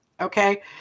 Okay